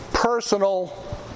Personal